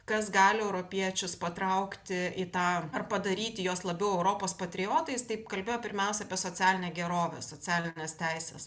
kas gali europiečius patraukti į tą ar padaryti juos labiau europos patriotais taip kalbėjo pirmiausia apie socialinę gerovę socialines teises